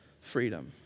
freedom